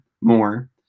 more